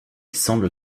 semble